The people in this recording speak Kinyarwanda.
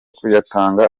kuyatanga